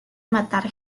matar